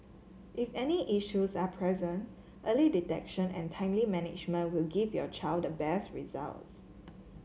if any issues are present early detection and timely management will give your child the best results